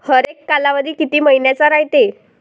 हरेक कालावधी किती मइन्याचा रायते?